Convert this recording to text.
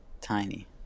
Tiny